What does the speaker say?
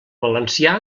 valencià